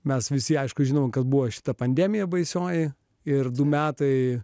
mes visi aišku žinome kad buvo šita pandemija baisioji ir du metai